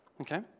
okay